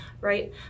right